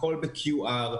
הכול ב-QR,